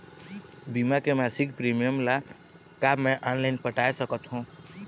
बीमा के मासिक प्रीमियम ला का मैं ऑनलाइन पटाए सकत हो?